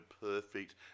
perfect